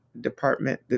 department